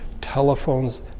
telephones